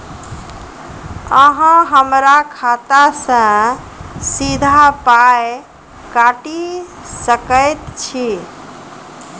अहॉ हमरा खाता सअ सीधा पाय काटि सकैत छी?